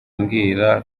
mbwira